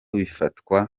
bifatwa